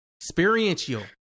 Experiential